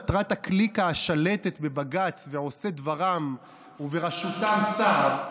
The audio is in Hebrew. הקליקה השלטת בבג"ץ ועושי דברם ובראשותם סער?